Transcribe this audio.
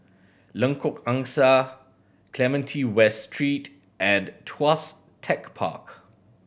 Lengkok Angsa Clementi West Street and Tuas Tech Park